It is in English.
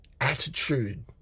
attitude